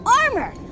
armor